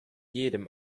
jedem